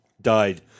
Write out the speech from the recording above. Died